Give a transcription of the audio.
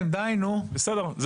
בסדר,